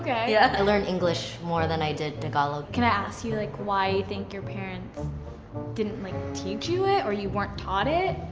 yeah yeah i learned english more than i did tagalog. can i ask you like, why you think your parents didn't like, teach you it? or you weren't taught it?